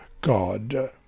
God